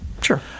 Sure